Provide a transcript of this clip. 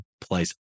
place